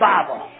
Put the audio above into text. Bible